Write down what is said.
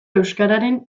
euskararen